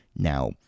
Now